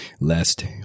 lest